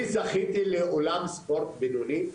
אני זכיתי לאולם ספורט בינוני,